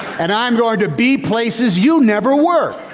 and i'm going to be places you never were.